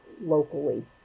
locally